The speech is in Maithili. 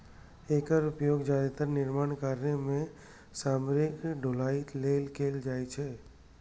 एकर उपयोग जादेतर निर्माण कार्य मे सामग्रीक ढुलाइ लेल कैल जाइ छै